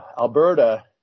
Alberta